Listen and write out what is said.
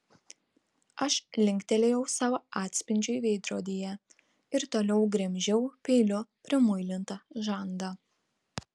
aš linktelėjau savo atspindžiui veidrodyje ir toliau gremžiau peiliu primuilintą žandą